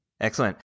Excellent